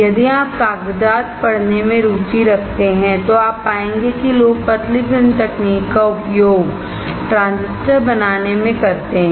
यदि आप कागजात पढ़ने में रुचि रखते हैं तो आप पाएंगे कि लोग पतली फिल्म तकनीक का उपयोग ट्रांजिस्टर बनाने में करते हैं